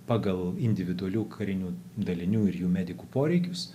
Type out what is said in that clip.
pagal individualių karinių dalinių ir jų medikų poreikius